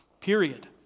Period